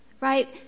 right